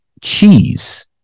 cheese